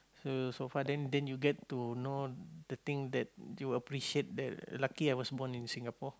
so so far then then you get to know the thing that you they'll appreciate the lucky I was born in Singapore